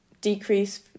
decrease